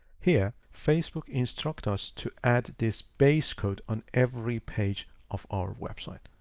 here facebook instruct us to add this base code on every page of our website.